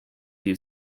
few